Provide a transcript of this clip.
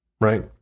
right